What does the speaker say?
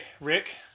Rick